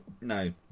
No